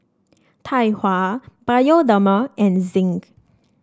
Tai Hua Bioderma and Zinc